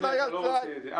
לא טלאי על טלאי.